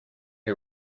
who